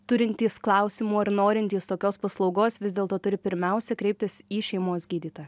turintys klausimų ar norintys tokios paslaugos vis dėlto turi pirmiausia kreiptis į šeimos gydytoją